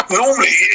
normally